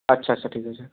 আচ্ছা আচ্ছা ঠিক আছে